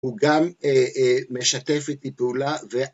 הוא גם משתף איתי פעולה